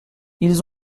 ils